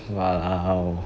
walao